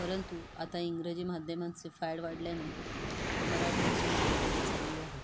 परंतु आता इंग्रजी माध्यमांचे फॅड वाढल्याने मराठी भाषा मागे पडत चालली आहे